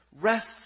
rests